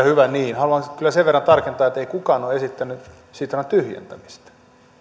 hyvä niin haluan kyllä sen verran tarkentaa että ei kukaan ole esittänyt sitran tyhjentämistä